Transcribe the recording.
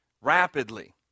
rapidly